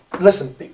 Listen